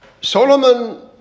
Solomon